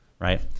Right